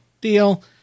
deal